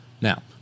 Now